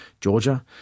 Georgia